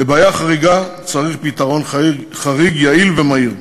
לבעיה חריגה צריך פתרון חריג, יעיל ומהיר.